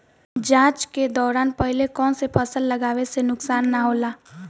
जाँच के दौरान पहिले कौन से फसल लगावे से नुकसान न होला?